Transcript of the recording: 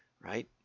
right